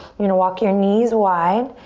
you're gonna walk your knees wide,